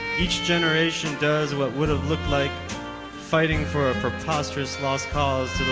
each generation does what would have looked like fighting for a preposterous lost cause